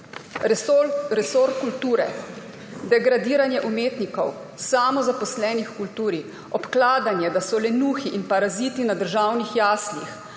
Resor kulture. Degradiranje umetnikov, samozaposlenih v kulturi, obkladanje, da so lenuhi in paraziti na državnih jaslih.